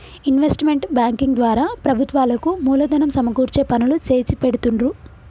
investment banking ద్వారా ప్రభుత్వాలకు మూలధనం సమకూర్చే పనులు చేసిపెడుతుండ్రు